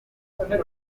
intoki